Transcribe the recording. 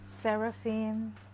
Seraphim